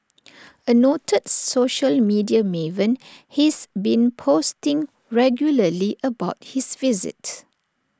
A noted social media maven he's been posting regularly about his visit